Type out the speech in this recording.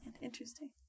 Interesting